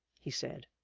he said,